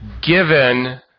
Given